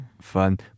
fun